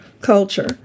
culture